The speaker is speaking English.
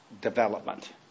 development